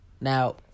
Now